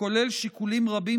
וכולל שיקולים רבים,